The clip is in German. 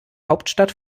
hauptstadt